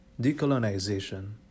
decolonization